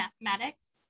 Mathematics